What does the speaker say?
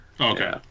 Okay